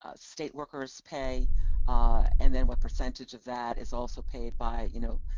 ah state workers pay and then what percentage of that is also paid by, you know,